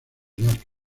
jacques